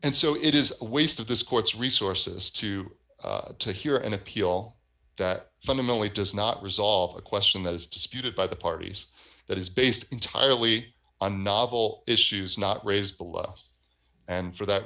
and so it is a waste of this court's resources to to hear an appeal that fundamentally does not resolve a question that is disputed by the parties that is based entirely on novel issues not raised to love and for that